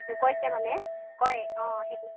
কৈছে মানে কয় অঁ সেইটো